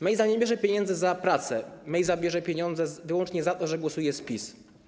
Mejza nie bierze pieniędzy za pracę, bierze pieniądze wyłącznie za to, że głosuje z PiS.